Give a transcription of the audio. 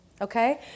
Okay